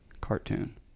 Cartoon